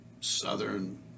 southern